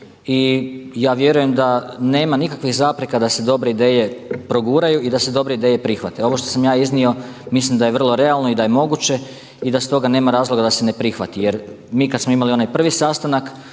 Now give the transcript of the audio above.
i ja vjerujem da nema nikakvih zapreka da se dobre ideje proguraju i da se dobre ideje prihvate. Ovo što sam ja iznio mislim da je vrlo realno i da je moguće i da stoga nema razloga da se ne prihvati. Jer mi kad smo imali onaj sastanak